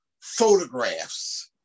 photographs